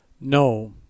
No